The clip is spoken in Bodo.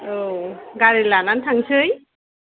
औ गारि लानानै थांनिसै